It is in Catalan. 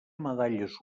medalles